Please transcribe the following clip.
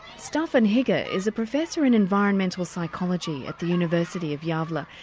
staffan hygge ah is a professor in environmental psychology at the university of gavle. ah